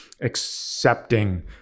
accepting